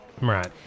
Right